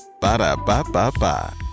Ba-da-ba-ba-ba